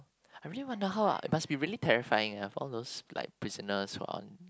I really wonder how it must be very terrifying ah for all those prisoners who are on